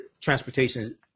Transportation